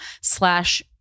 slash